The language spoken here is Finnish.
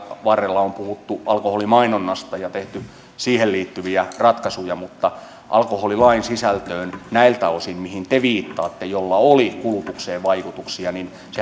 varrella on puhuttu alkoholimainonnasta ja tehty siihen liittyviä ratkaisuja mutta alkoholilain sisältöhän näiltä osin mihin te viittaatte ja millä oli kulutukseen vaikutuksia